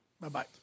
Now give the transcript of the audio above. Bye-bye